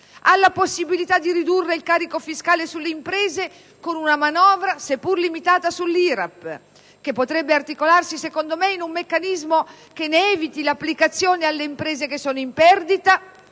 alla possibilità di ridurre il carico fiscale sulle imprese con una manovra seppur limitata sull'IRAP. Tale manovra a mio avviso potrebbe articolarsi in un meccanismo che ne eviti l'applicazione alle imprese che sono in perdita